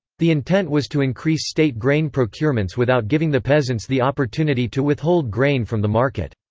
the intent was to increase state grain procurements without giving the peasants the opportunity to withhold grain from the market.